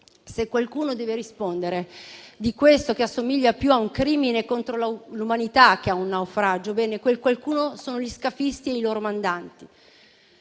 Se qualcuno deve rispondere di questo che assomiglia più a un crimine contro l'umanità che a un naufragio, quel qualcuno sono gli scafisti e i loro mandanti.